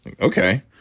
Okay